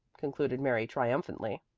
concluded mary triumphantly.